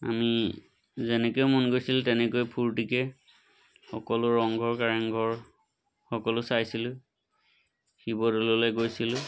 আমি যেনেকৈ মন গৈছিল তেনেকৈ ফূৰ্তিকৈ সকলো ৰংঘৰ কাৰেংঘৰ সকলো চাইছিলোঁ শিৱদৌললৈ গৈছিলোঁ